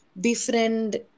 befriend